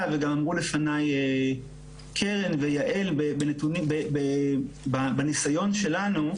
וגם אמרו לפניי קרן ויעל בניסיון שלנו,